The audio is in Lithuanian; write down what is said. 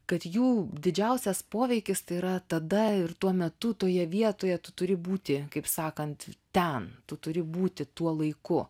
kad jų didžiausias poveikis tai yra tada ir tuo metu toje vietoje tu turi būti kaip sakant ten tu turi būti tuo laiku